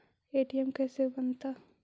ATM कैसे बनता?